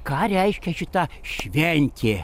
ką reiškia šita šventė